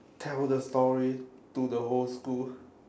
tell the story to the whole school